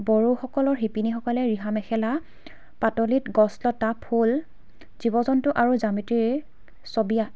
বড়োসকলৰ শিপিনীসকলে ৰিহা মেখেলা পাতলিত গছ লতা ফুল জীৱ জন্তু আৰু জ্যামিতিৰ ছবি আঁকি